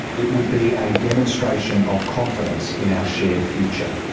it would be a demonstration of confidence in our shared future.